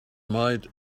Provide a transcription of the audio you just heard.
might